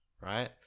right